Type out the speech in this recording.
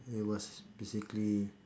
it was basically